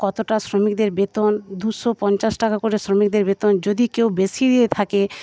কতটা শ্রমিকদের বেতন দুশো পঞ্চাশ টাকা করে শ্রমিকদের বেতন যদি কেউ বেশী দিয়ে থাকে